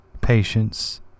patience